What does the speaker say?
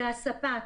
זה הספק.